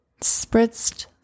spritzed